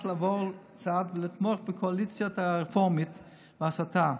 לעבור צד ולתמוך בקואליציית הרפורמית וההסתה.